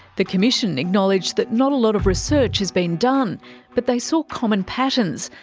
the commission acknowledged that not a lot of research has been done but they saw common patterns,